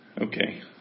Okay